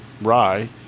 rye